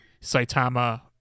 saitama